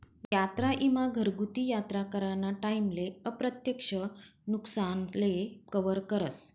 यात्रा ईमा घरगुती यात्रा कराना टाईमले अप्रत्यक्ष नुकसानले कवर करस